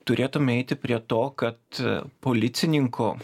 turėtume eiti prie to kad policininko